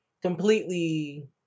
completely